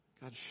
God